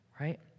right